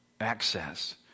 access